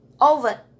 over